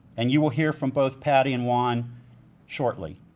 and you will hear from both patty and juan shortly.